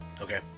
okay